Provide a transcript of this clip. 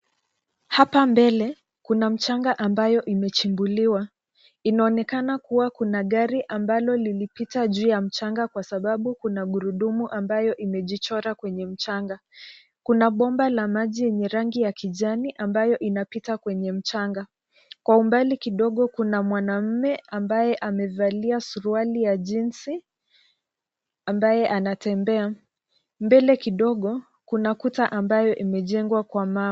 Haoa mbele kuna mchanga ambayo imechimbuliwa. Inaonekana kuwa kuna gari ambalo lilipita juu ya mchanga kwa sababu kuna gurudumu ambayo imejichora kwenye mchanga. Kuna bomba la maji yenye rangi ya kijani ambayo inapita kwenye mchanga. Kwa umbali kidogo kuna mwanamume ambaye amevalia suruali ya jinsi ambaye anatembea. Mbele kidogo kuna kuta ambayo imejengwa kwa mawe.